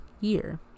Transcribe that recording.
year